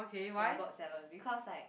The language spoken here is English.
from got-seven because like